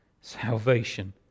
Salvation